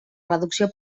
reducció